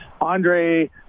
andre